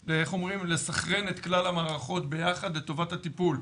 לסנכרן את כלל המערכות ביחד לטובת הטיפול.